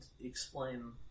explain